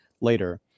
later